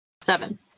Seven